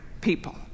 people